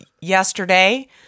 yesterday